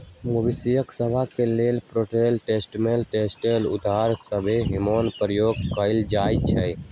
मवेशिय सभ के लेल प्रोजेस्टेरोन, टेस्टोस्टेरोन, ट्रेनबोलोन आउरो सभ हार्मोन उपयोग कयल जाइ छइ